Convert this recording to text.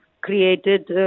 created